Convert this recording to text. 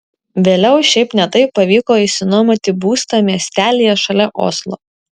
vėliau šiaip ne taip pavyko išsinuomoti būstą miestelyje šalia oslo